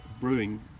brewing